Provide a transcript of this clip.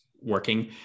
working